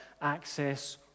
access